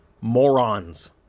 morons